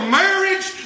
marriage